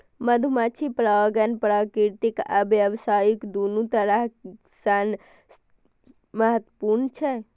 मधुमाछी परागण प्राकृतिक आ व्यावसायिक, दुनू तरह सं महत्वपूर्ण छै